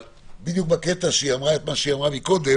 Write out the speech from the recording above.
אבל בדיוק בקטע שהיא אמרה את מה שהיא אמרה מקודם